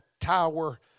tower